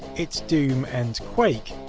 it's doom and quake.